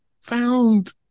found